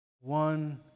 One